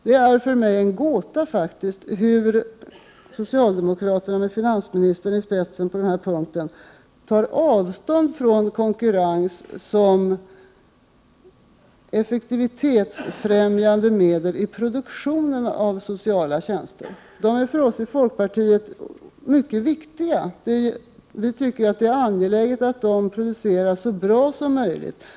Det är för mig en gåta faktiskt hur socialdemokraterna med finansministern i spetsen på denna punkt tar avstånd från konkurrens som effektivitetsfrämjande medel i produktionen av socialtjänster. Det är för oss i folkpartiet mycket viktigt. Vi tycker att de måste produceras så bra som möjligt.